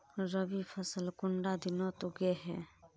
रवि फसल कुंडा दिनोत उगैहे?